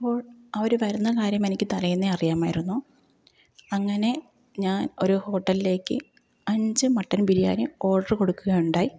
അപ്പോൾ അവര് വരുന്ന കാര്യമെനിക്ക് തലേന്നേ അറിയാമായിരുന്നു അങ്ങനെ ഞാൻ ഒരു ഹോട്ടലിലേക്ക് അഞ്ച് മട്ടൻ ബിരിയാണി ഓഡര് കൊടുക്കുകയുണ്ടായി